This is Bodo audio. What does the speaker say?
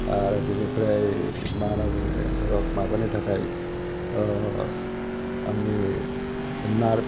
आरो बेनिफ्राय मा होनना बुङो माबानि थाखाय आंनि नार्भ